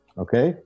okay